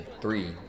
three